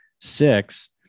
six